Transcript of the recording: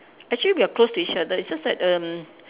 actually we are close to each other it's just that erm